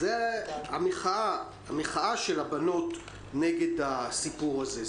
של הבנות נגד הסיפור הזה.